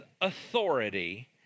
authority